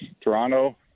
Toronto